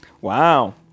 Wow